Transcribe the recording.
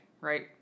right